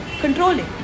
controlling